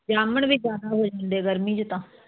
ਜਾਮਣ ਵੀ ਜ਼ਿਆਦਾ ਹੋ ਜਾਂਦੇ ਗਰਮੀ 'ਚ ਤਾਂ